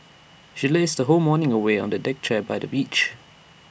she lazed her whole morning away on A deck chair by the beach